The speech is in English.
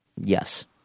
Yes